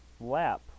lap